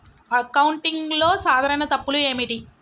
అకౌంటింగ్లో సాధారణ తప్పులు ఏమిటి?